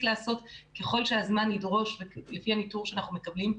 לעשות ככל שהזמן ידרוש לפי הניטור שאנחנו מקבלים,